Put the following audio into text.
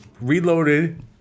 Reloaded